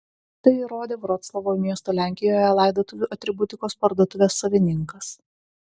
tai įrodė vroclavo miesto lenkijoje laidotuvių atributikos parduotuvės savininkas